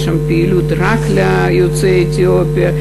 יש שם פעילות רק ליוצאי אתיופיה,